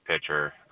pitcher